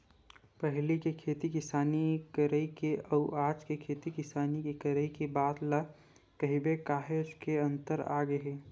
पहिली के खेती किसानी करई के अउ आज के खेती किसानी के करई के बात ल कहिबे काहेच के अंतर आगे हे